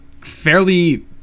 fairly